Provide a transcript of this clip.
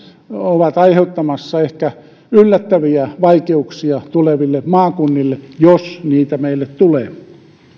ovat aiheuttamassa ehkä yllättäviä vaikeuksia tuleville maakunnille jos niitä meille tulee